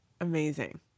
Amazing